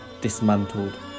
dismantled